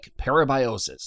parabiosis